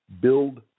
build